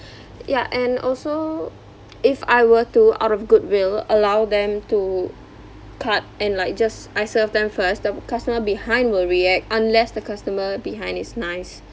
ya and also if I were to out of goodwill allow them to cut and like just I serve them first the customer behind will react unless the customer behind is nice